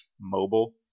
Mobile